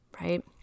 right